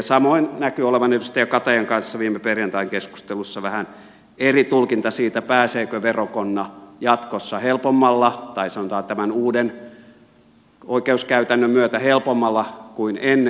samoin näkyy olleen edustaja katajan kanssa viime perjantain keskustelussa vähän eri tulkinta siitä pääseekö verokonna tämän uuden oikeuskäytännön myötä helpommalla kuin ennen